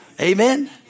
Amen